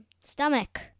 Stomach